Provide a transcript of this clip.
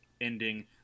ending